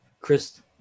Chris